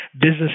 business